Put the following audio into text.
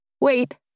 Wait